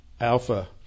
alpha